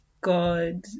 God